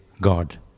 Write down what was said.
God